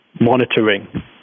monitoring